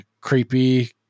creepy